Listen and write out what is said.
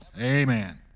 Amen